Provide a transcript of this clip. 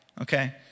okay